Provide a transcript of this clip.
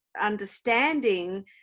understanding